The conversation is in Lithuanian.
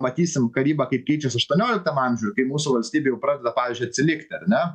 matysim karyba kaip keičias aštuonioliktam amžiuj kai mūsų valstybė jau pradeda pavyzdžiui atsilikti ar ne